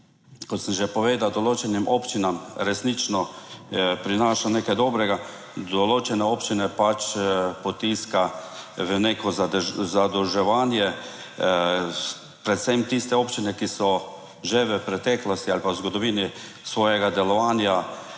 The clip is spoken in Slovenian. kot sem že povedal, določenim občinam resnično prinaša nekaj dobrega, določene občine pač potiska v neko zadolževanje, predvsem tiste občine, ki so že v preteklosti ali pa v zgodovini svojega delovanja